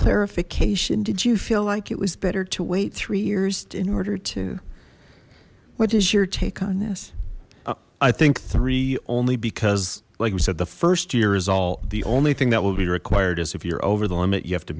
clarification did you feel like it was better to wait three years in order to what is your take on this i think three only because like you said the first year is all the only thing that will be required is if you're over the limit you have to